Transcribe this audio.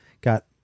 got